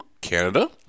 Canada